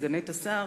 סגנית השר,